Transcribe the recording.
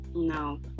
no